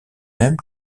mêmes